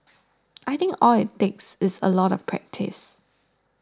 I think all it takes is a lot of practice